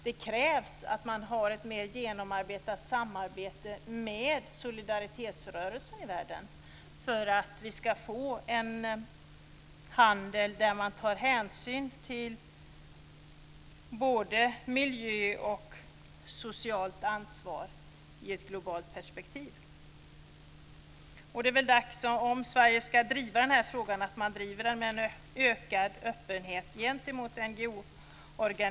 Det krävs att man har ett mer genomarbetat samarbete med solidaritetsrörelsen i världen för att man ska få en handel där man tar hänsyn till både miljö och socialt ansvar i ett globalt perspektiv. Om Sverige ska driva den här frågan är det väl dags att man gör det med en ökad öppenhet gentemot NGO:erna.